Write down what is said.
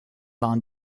waren